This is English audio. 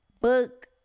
book